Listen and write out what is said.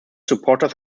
supporters